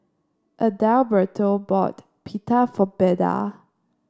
Adalberto bought Pita for Beda